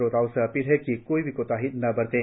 श्रोताओं से अपील है कि कोई भी कोताही न बरतें